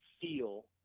feel